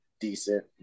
decent